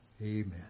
Amen